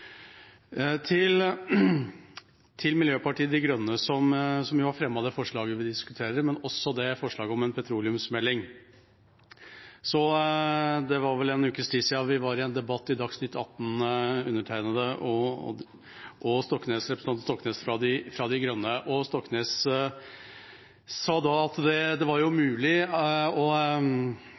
Så til Miljøpartiet De Grønne, som har fremmet dette forslaget vi diskuterer, men også forslaget om en petroleumsmelding. For en ukes tid siden var vi i en debatt i Dagsnytt atten, jeg og representanten Stoknes fra De Grønne. Representanten Stoknes sa da at det var mulig å